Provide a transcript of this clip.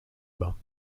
bas